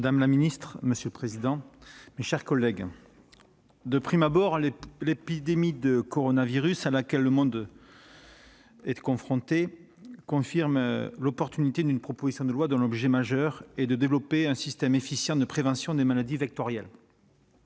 madame la secrétaire d'État, mes chers collègues, de prime abord, l'épidémie de coronavirus à laquelle le monde est confronté confirme l'opportunité d'une proposition de loi dont l'objet majeur est de développer un système efficient de prévention des maladies vectorielles-